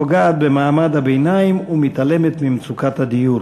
פוגעת במעמד הביניים ומתעלמת ממצוקת הדיור.